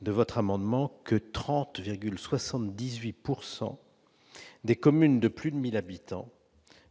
madame la ministre, que 30,78 % des communes de plus de 1 000 habitants